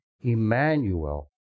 Emmanuel